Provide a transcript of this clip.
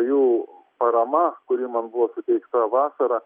jų parama kuri man buvo suteikta vasarą